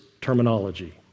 terminology